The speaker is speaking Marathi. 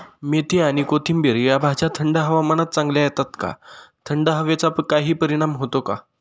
मेथी आणि कोथिंबिर या भाज्या थंड हवामानात चांगल्या येतात का? थंड हवेचा काही परिणाम होतो का?